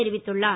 தெரிவித்துள்ளார்